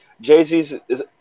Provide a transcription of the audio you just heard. jay-z's